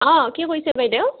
অঁ কি কৈছে বাইদেউ